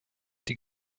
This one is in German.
die